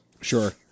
sure